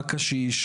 רק קשיש.